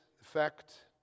effect